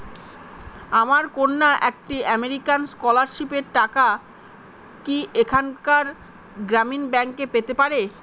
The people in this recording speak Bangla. আমার কন্যা একটি আমেরিকান স্কলারশিপের টাকা কি এখানকার গ্রামীণ ব্যাংকে পেতে পারে?